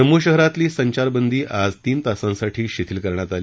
जम्मू शहरातली संचारबंदी आज तीन तासांसाठी शिथील करण्यात आली